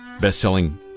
best-selling